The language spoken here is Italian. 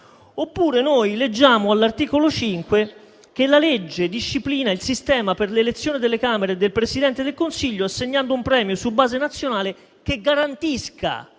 oppure noi leggiamo all'articolo 5 che la legge disciplina il sistema per le elezioni delle Camere del Presidente del Consiglio, assegnando un premio su base nazionale che garantisca